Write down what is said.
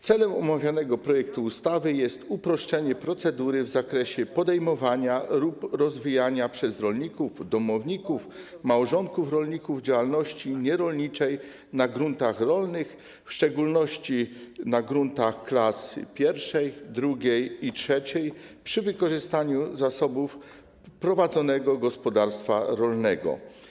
Celem omawianego projektu ustawy jest uproszczenie procedury w zakresie podejmowania lub rozwijania przez rolników, domowników, małżonków rolników działalności nierolniczej na gruntach rolnych, w szczególności na gruntach klas I, II i III, przy wykorzystaniu zasobów prowadzonego gospodarstwa rolnego.